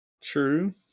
True